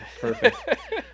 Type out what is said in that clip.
perfect